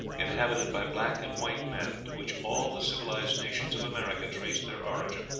inhabited by black and white men, to which all the civilized nations of america traced their origin,